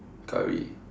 Curry